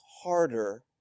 harder